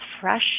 fresh